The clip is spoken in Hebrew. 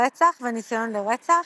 רצח וניסיון לרצח,